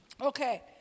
Okay